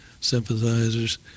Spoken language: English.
sympathizers